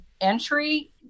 entry